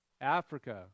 Africa